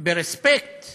רספקט